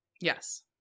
Yes